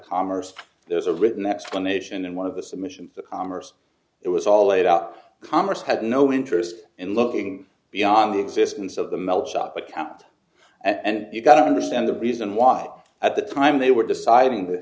commerce there's a written explanation and one of the submission for the commerce it was all laid out congress had no interest in looking beyond the existence of the mill shop but kept and you got to understand the reason why at the time they were deciding th